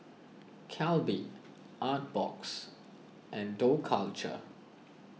Calbee Artbox and Dough Culture